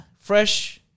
fresh